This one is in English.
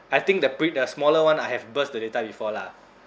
I think the pre~ the smaller [one] I have burst the data before lah